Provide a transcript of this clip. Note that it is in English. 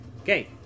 Okay